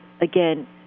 again